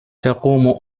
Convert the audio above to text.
تقوم